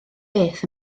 beth